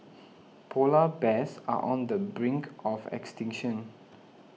Polar Bears are on the brink of extinction